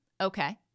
okay